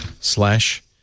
slash